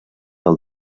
del